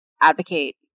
advocate